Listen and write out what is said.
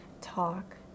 talk